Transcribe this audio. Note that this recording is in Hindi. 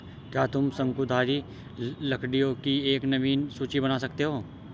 क्या तुम शंकुधारी लकड़ियों की एक नवीन सूची बना सकते हो?